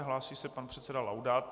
Hlásí se pan předseda Laudát.